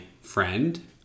friend